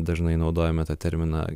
dažnai naudojame tą terminą